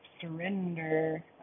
surrender